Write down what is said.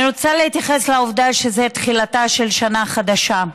אני רוצה להתייחס לעובדה שזאת תחילתה של שנה חדשה,